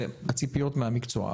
היא הציפיות מהמקצוע.